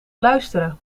luisteren